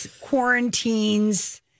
quarantines